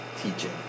teaching